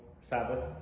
Sabbath